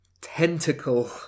Tentacle